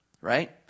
right